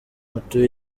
mutuye